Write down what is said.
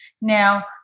Now